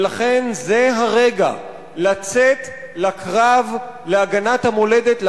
ולכן זה הרגע לצאת לקרב להגנת המולדת,